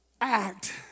act